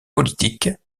politique